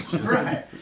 Right